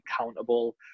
accountable